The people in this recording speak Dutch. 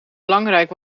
belangrijk